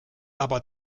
aber